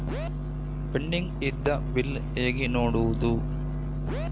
Pending ಇದ್ದ bill ಹೇಗೆ ನೋಡುವುದು?